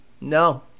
No